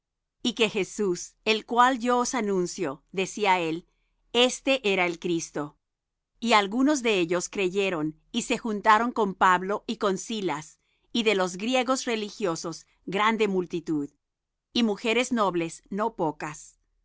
y que jesús el cual yo os anuncio decía él éste era el cristo y algunos de ellos creyeron y se juntaron con pablo y con silas y de los griegos religiosos grande multitud y mujeres nobles no pocas